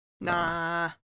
nah